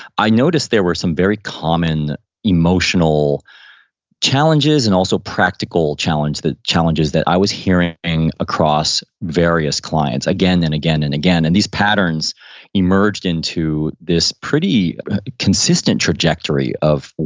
i noticed there were some very common emotional challenges and also practical challenges that challenges that i was hearing across various clients again and again and again. and these patterns emerged into this pretty consistent trajectory of,